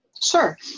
Sure